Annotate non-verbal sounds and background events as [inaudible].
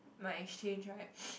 my exchange right [noise]